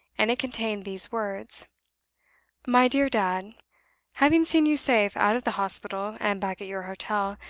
and it contained these words my dear dad having seen you safe out of the hospital, and back at your hotel,